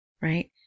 right